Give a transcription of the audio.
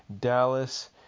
Dallas